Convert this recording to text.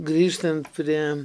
grįžtant prie